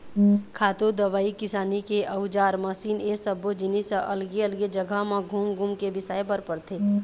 खातू, दवई, किसानी के अउजार, मसीन ए सब्बो जिनिस ह अलगे अलगे जघा म घूम घूम के बिसाए बर परथे